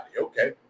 okay